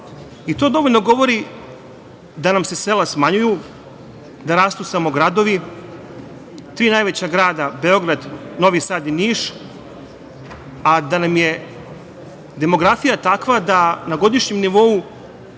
To dovoljno govori da nam se sela smanjuju, da rastu samo gradovi, tri najveća grada Beograd, Novi Sad i Niš, a da nam je demografija takva da na godišnjem nivou